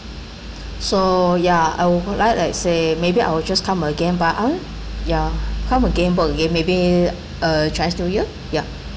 so ya I would like like say maybe I will just come again but I want ya come again book again maybe uh chinese new year ya